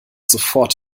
sofort